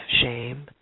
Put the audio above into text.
shame